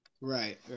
right